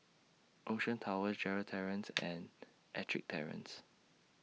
Ocean Towers Gerald Terrace and Ettrick Terrace